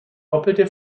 doppelte